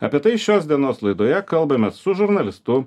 apie tai šios dienos laidoje kalbamės su žurnalistu